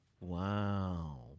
Wow